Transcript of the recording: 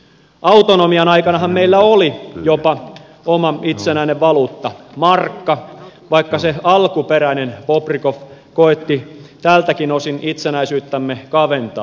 autonomian aikanahan meillä oli jopa oma itsenäinen valuutta markka vaikka se alkuperäinen bobrikov koetti tältäkin osin itsenäisyyttämme kaventaa